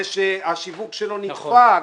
זה שהשיווק שלו נפגע,